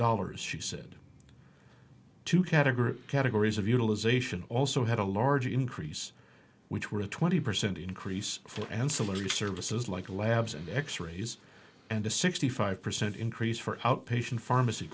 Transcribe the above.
dollars she said two category categories of utilization also had a large increase which were a twenty percent increase for ancillary services like the labs and x rays and a sixty five percent increase for outpatient pharmacy